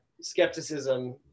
skepticism